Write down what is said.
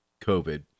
COVID